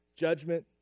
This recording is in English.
judgment